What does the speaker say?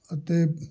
ਅਤੇ